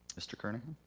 mr. kernahan.